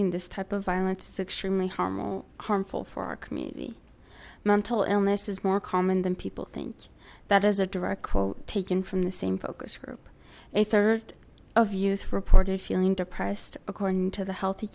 normalizing this type of violence extremely harmful harmful for our community mental illness is more common than people think that as a direct quote taken from the same focus group a third of youth reported feeling depressed according to the healthy